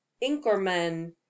Inkerman